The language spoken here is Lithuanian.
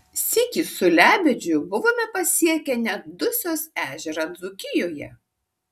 sykį su lebedžiu buvome pasiekę net dusios ežerą dzūkijoje